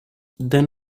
then